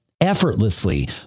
effortlessly